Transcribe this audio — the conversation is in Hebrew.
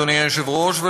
אדוני היושב-ראש,